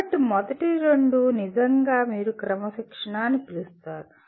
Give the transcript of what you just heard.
కాబట్టి మొదటి రెండు నిజంగా మీరు క్రమశిక్షణ అని పిలుస్తారు